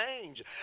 change